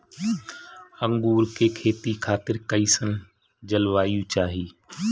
अंगूर के खेती खातिर कइसन जलवायु चाही?